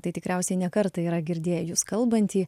tai tikriausiai ne kartą yra girdėję jus kalbantį